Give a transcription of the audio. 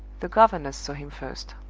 the governess saw him first.